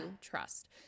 trust